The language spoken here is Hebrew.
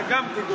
אתה תגורש,